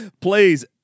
Please